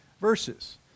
verses